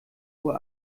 uhr